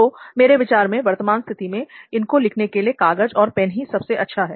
तो मेरे विचार में वर्तमान स्थिति में इनको लिखने के लिए कागज़ और पेन ही सबसे अच्छा है